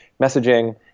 messaging